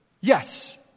yes